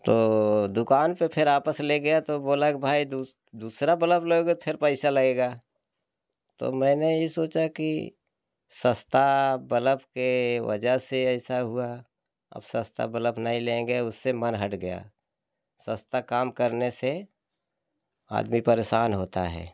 तो दुकान पर फिर वापस ले गया तो बोला कि भाई दूसरा बलब लोगे तो फिर पैसा लगेगा तो मैंने ये सोचा कि सस्ता बलब के वजह से ऐसा हुआ अब सस्ता बलब नहीं लेंगे उससे मन हट गया सस्ता काम करने से आदमी परेशान होता है